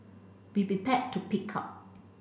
be prepared to pig out